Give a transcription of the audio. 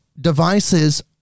devices